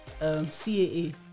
CAA